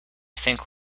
think